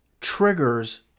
triggers